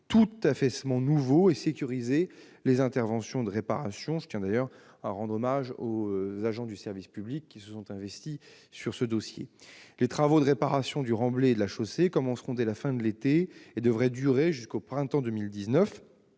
tout affaissement nouveau et sécuriser les interventions de réparation. Je tiens d'ailleurs à rendre hommage aux agents du service public qui se sont investis sur ce chantier. Les travaux de réparation du remblai et de la chaussée commenceront dès la fin de l'été et devraient durer jusqu'au printemps de 2019.